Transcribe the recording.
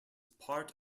part